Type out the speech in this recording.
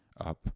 up